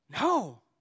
No